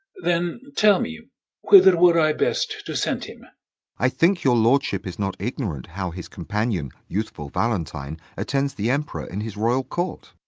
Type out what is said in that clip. then tell me whither were i best to send him i think your lordship is not ignorant how his companion, youthful valentine, attends the emperor in his royal court.